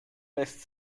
lässt